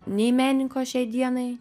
nei menininko šiai dienai